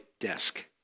desk